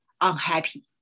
unhappy